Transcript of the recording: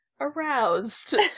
aroused